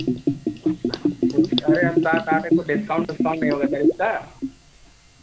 कुछ अरे हम सात आठ हैं कोइ डिस्काउंट ओस्काउंट नहीं होगा सर इसका